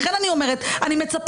לכן אני אומרת: אני מצפה,